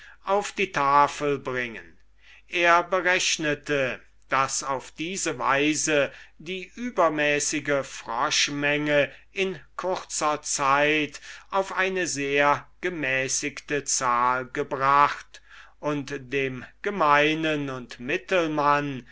auf die tafel bringen er berechnete daß auf diese weise die übermäßige froschmenge in kurzer zeit auf eine sehr gemäßigte zahl gebracht und dem gemeinen und